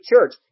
church